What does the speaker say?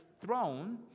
throne